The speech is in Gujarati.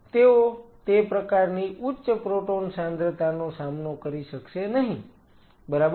તેઓ તે પ્રકારની ઉચ્ચ પ્રોટોન સાંદ્રતાનો સામનો કરી શકશે નહીં બરાબર